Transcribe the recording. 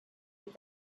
with